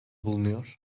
bulunuyor